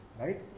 right